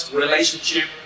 relationship